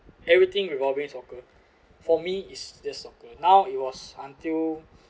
everything revolving soccer for me it's just soccer now it was until